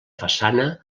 façana